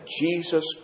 Jesus